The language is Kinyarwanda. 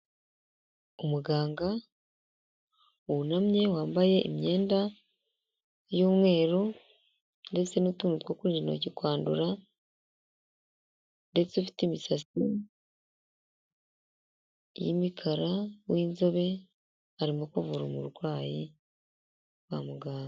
Umuganga wunamye wambaye imyenda y'umweru ndetse n'utuntu two kurinda intoki kwandura ndetse ufite imisatsi y'imikara, w'inzobe, arimo kuvura umurwayi wa muganga.